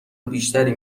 بیشتری